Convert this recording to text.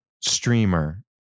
streamer